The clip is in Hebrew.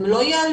הם לא ייעלמו,